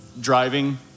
Driving